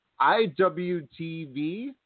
IWTV